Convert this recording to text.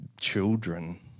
children